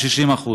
כ-60%.